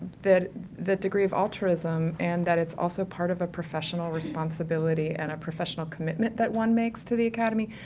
that the degree of altruism and that it's also part of a professional responsibility and a professional commitment that one makes to the academy.